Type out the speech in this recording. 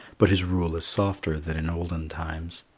but his rule is softer than in olden times.